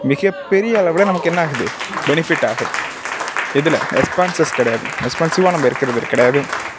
மிக பெரிய அளவில் நமக்கு என்ன ஆகுது பெனிஃபிட் ஆகுது எதில் ரெஸ்பான்சஸ் கிடையாது ரெஸ்பான்சிவ்வாக நம்ம இருக்கிறது கிடையாது